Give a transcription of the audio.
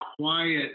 quiet